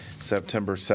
September